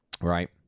Right